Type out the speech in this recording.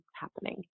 happening